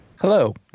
Hello